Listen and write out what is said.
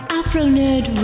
AfroNerd